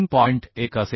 1 असेल